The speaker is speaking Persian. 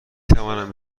توانم